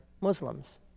Muslims